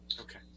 okay